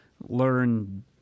learn